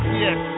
yes